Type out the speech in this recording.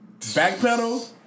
backpedal